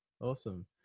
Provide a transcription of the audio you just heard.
Awesome